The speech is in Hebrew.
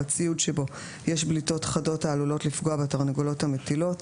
ציוד שבו יש בליטות חדות העלולות לפגוע בתרנגולות המטילות.